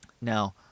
Now